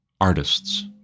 artists